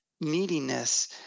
neediness